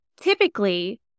typically